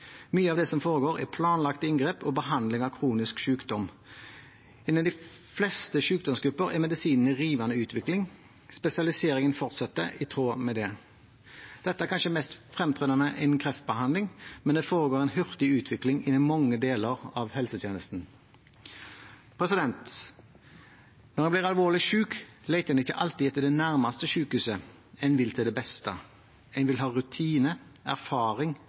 Mye av det som foregår, er planlagte inngrep og behandling av kronisk sykdom. Innenfor de fleste sykdomsgrupper er medisinen i rivende utvikling, spesialiseringen fortsetter i tråd med det. Dette er kanskje mest fremtredende innen kreftbehandling, men det foregår en hurtig utvikling innenfor mange deler av helsetjenesten. Når en blir alvorlig syk, leter en ikke alltid etter det nærmeste sykehuset – en vil til det beste. En vil ha rutine, erfaring